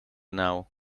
now